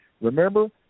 remember